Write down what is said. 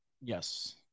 yes